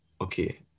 Okay